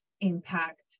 impact